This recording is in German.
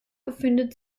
befindet